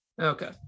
okay